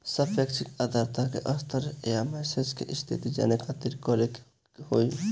सापेक्षिक आद्रता के स्तर या मौसम के स्थिति जाने खातिर करे के होई?